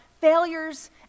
failures